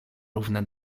równe